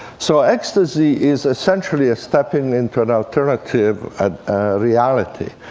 so ecstasy is essentially a stepping into an alternative ah reality.